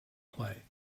play